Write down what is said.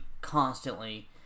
constantly